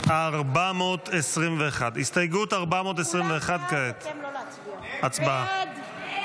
הסתייגות 421 כעת, הצבעה.